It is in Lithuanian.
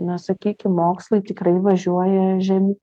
na sakykim mokslai tikrai važiuoja žemyn